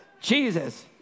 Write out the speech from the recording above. Jesus